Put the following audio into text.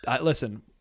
listen